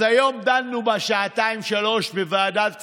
אז היום דנו בה שעתיים-שלוש בוועדת הכספים,